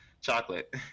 chocolate